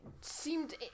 seemed